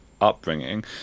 upbringing